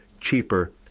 cheaper